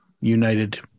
United